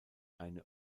eine